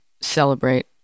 celebrate